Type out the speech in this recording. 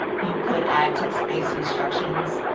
you could add text-based instructions.